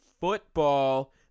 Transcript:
football